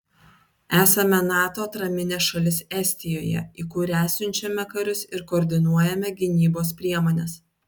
esame nato atraminė šalis estijoje į kurią siunčiame karius ir koordinuojame gynybos priemones